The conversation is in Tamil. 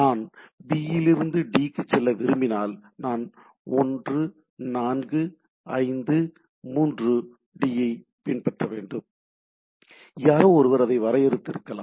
நான் B இலிருந்து D க்கு செல்ல விரும்பினால் நான் 1 4 5 3 D ஐப் பின்பற்ற வேண்டும் யாரோ ஒருவர் அதை வரையறுத்து இருக்கலாம்